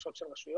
לבקשות של רשויות.